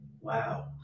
Wow